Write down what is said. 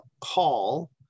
call